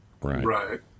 Right